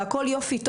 והכול יופי,